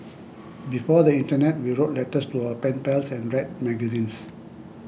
before the internet we wrote letters to our pen pals and read magazines